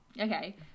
okay